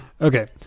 okay